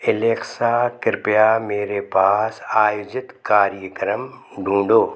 Alexa कृपया मेरे पास आयोजित कार्यक्रम ढूंढो